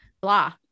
blah